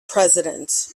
president